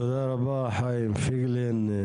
תודה רבה חיים פייגלין,